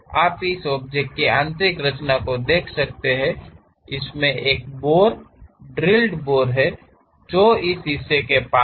आप इस ऑब्जेक्ट की आंतरिक संरचना को देख सकते हैं इसमें एक बोर ड्रिल्ड बोर है जो उस हिस्से के पास है